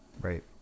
Right